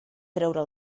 treure